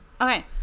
Okay